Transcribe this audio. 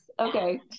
okay